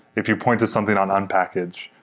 if you point to something on unpackge,